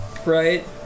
right